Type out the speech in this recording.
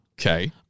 Okay